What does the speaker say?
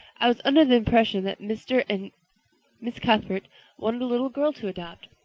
i was under the impression that mr. and miss cuthbert wanted a little girl to adopt.